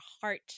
heart